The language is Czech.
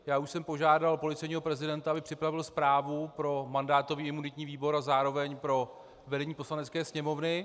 Už jsem požádal policejního prezidenta, aby připravil zprávu pro mandátový a imunitní výbor a zároveň pro vedení Poslanecké sněmovny.